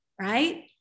right